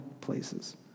places